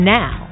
now